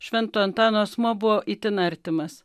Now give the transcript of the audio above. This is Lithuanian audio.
švento antano asmuo buvo itin artimas